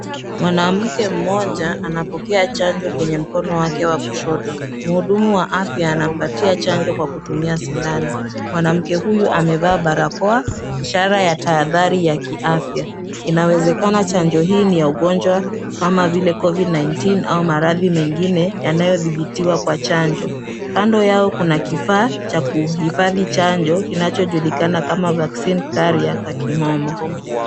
Mwanamke mmoja anapokea chanjo kwenye mkono wake wa kushoto, mhudumu wa afya anampatia chanjo kwa kutumia sindano. Mwanamke huyu amevaa barakoa, ishara ya tahadhari ya kiafya. Inawezekana chanjo hii ni ya ugonjwa, kama vile COVID-19 au maradhi mengine yanayodhibitiwa kwa chanjo. Kando yao, kuna kifaa cha kuhifadhi chanjo kinachojulikana kama vaccine carrier kwa kimomo.